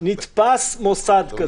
נתפס מוסד,